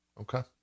okay